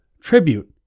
tribute